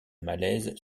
malaise